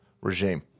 regime